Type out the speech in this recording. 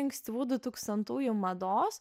ankstyvų du tūkstantųjų mados